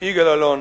יגאל אלון,